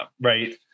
right